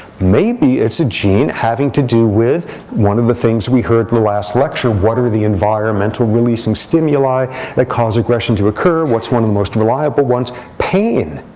maybe it's a gene having to do with one of the things we heard last lecture. what are the environmental releasing stimuli that cause aggression to occur? what's one of the most reliable ones? pain.